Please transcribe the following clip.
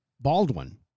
Baldwin